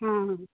हां